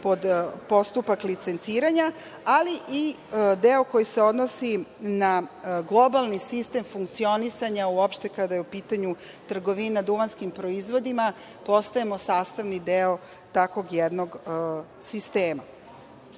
pod postupak licenciranja, ali i deo koji se odnosi na globalni sistem funkcionisanja, kada je u pitanju trgovina duvanskim proizvodima, postajemo sastavni deo takvog jednog sistema. Na